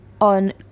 on